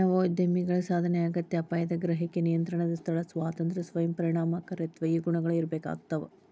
ನವೋದ್ಯಮಿಗಳಿಗ ಸಾಧನೆಯ ಅಗತ್ಯ ಅಪಾಯದ ಗ್ರಹಿಕೆ ನಿಯಂತ್ರಣದ ಸ್ಥಳ ಸ್ವಾತಂತ್ರ್ಯ ಸ್ವಯಂ ಪರಿಣಾಮಕಾರಿತ್ವ ಈ ಗುಣಗಳ ಇರ್ಬೇಕಾಗ್ತವಾ